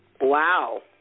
Wow